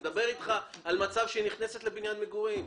אני מדבר איתך על מצב שהיא נכנסת לבניין מגורים,